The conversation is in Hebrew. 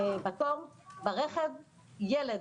ילד